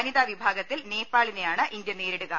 വനിതാ വിഭാഗത്തിൽ നേപ്പാളിനെ യാണ് ഇന്ത്യ നേരിടുക